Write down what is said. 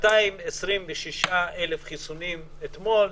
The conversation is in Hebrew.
226,000 חיסונים אתמול.